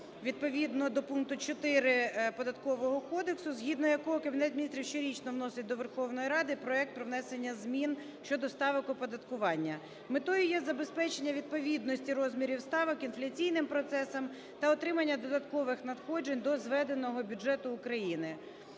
відповідно до пункту 4 Податкового кодексу, згідно якого Кабінет Міністрів щорічно вносить до Верховної Ради проект про внесення змін щодо ставок оподаткування. Метою є забезпечення відповідності розмірів ставок інфляційним процесам та отримання додаткових надходжень до зведеного бюджету України.